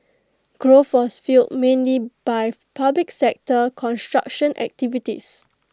growth was fuelled mainly by public sector construction activities